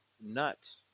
nuts